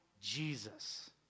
Jesus